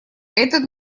этот